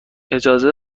اجازه